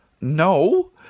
no